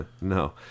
No